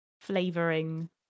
flavoring